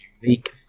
unique